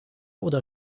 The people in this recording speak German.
oder